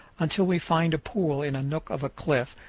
until we find a pool in a nook of a cliff,